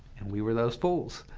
and we were those fools.